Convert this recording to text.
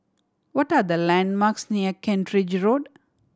what are the landmarks near Kent Ridge Road